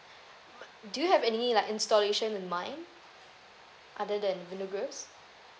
do you have any like installation in mind other than window grills